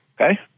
Okay